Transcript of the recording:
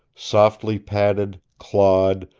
softly padded, clawed,